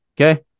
okay